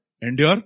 endure